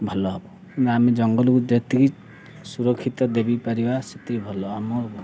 ଭଲ ଆମେ ଜଙ୍ଗଲକୁ ଯେତିକି ସୁରକ୍ଷିତ ଦେଇପାରିବା ସେତିକି ଭଲ ଆମ